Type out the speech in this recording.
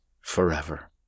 forever